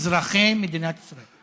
אזרחי מדינת ישראל.